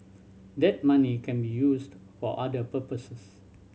that money can be used for other purposes